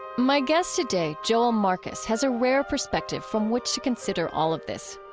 my guest today, joel marcus, has a rare perspective from which to consider all of this.